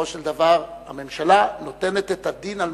שבסופו של דבר הממשלה נותנת את הדין על